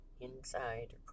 inside